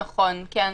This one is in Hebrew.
נכון, כן.